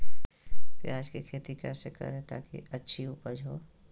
प्याज की खेती कैसे करें ताकि अच्छी उपज हो?